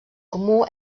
comú